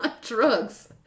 Drugs